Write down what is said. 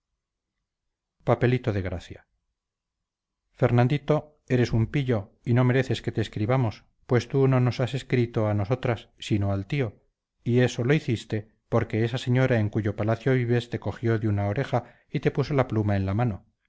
papelito de gracia fernandito eres un pillo y no mereces que te escribamos pues tú no nos as escrito a nosotras sino al tío y eso lo iciste porque esa señora en cuyo palacio vives te cogió de una oreja y te puso la pluma en la mano